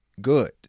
good